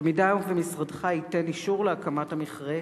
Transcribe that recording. במידה שמשרדך ייתן אישור להקמת המכרה,